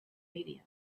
media